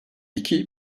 iki